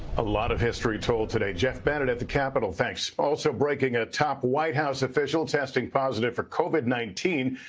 a lot of history told today. geoff bennett at the capital, thanks. also breaking, a top white house official testing positive for covid nineteen.